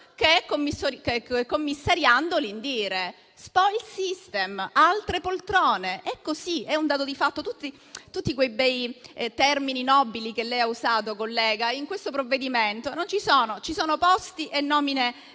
che commissariando l'INDIRE; *spoils system,* altre poltrone. È così, è un dato di fatto. Tutti i bei termini nobili che lei ha usato, collega, in questo provvedimento non ci sono. Ci sono posti e nomine da